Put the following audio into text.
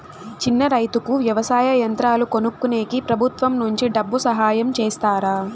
చిన్న రైతుకు వ్యవసాయ యంత్రాలు కొనుక్కునేకి ప్రభుత్వం నుంచి డబ్బు సహాయం చేస్తారా?